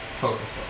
Focus